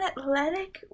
athletic